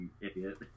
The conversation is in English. idiot